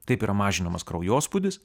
taip yra mažinamas kraujospūdis